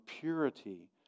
purity